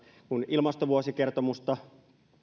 kun ilmastovuosikertomusta